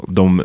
de